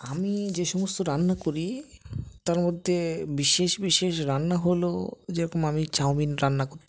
আমি যে সমস্ত রান্না করি তার মধ্যে বিশেষ বিশেষ রান্না হলো যেরকম আমি চাউমিন রান্না করতে